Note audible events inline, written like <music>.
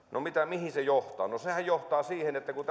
mihin se johtaa no sehän johtaa siihen että kun <unintelligible>